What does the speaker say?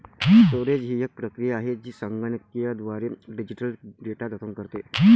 storage ही एक प्रक्रिया आहे जी संगणकीयद्वारे डिजिटल डेटा जतन करते